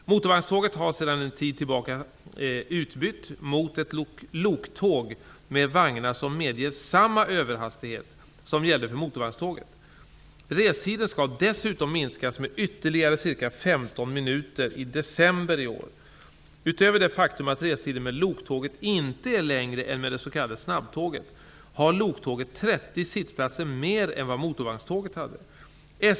Motorvagnståget är sedan en tid tillbaka utbytt mot ett loktåg med vagnar som medger samma ''överhastighet'' som gällde för motorvagnståget. Restiden skall dessutom minskas med ytterligare ca 15 minuter i december i år. Utöver det faktum att restiden med loktåget inte är längre än med det s.k. ''snabbtåget'' har loktåget 30 sittplatser mer än vad motorvagnståget hade.